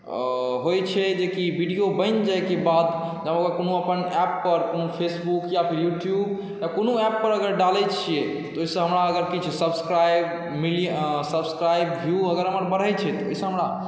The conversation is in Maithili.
होइ छै जेकि वीडियो बनि जाय के बाद ओकरा कोनो अपन ऐप्प पर कोनो फेसबुक यूट्यूब या कोनो ऐप्प पर अगर डालै छियै तऽ ओहिसँ हमरा अगर किछु सब्सक्राइब सब्सक्राइब व्यू अगर हमर बढ़ै छै तऽ ओहिसँ हमरा